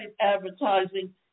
advertising